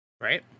Right